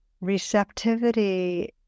Receptivity